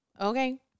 Okay